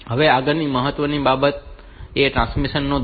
હવે આગળની મહત્વની બાબત એ ટ્રાન્સમિશન નો દર છે